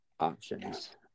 options